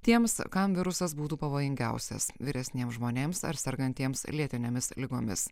tiems kam virusas būtų pavojingiausias vyresniems žmonėms ar sergantiems lėtinėmis ligomis